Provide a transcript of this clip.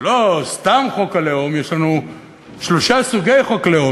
ולא סתם חוק הלאום, יש לנו שלושה סוגי חוק לאום.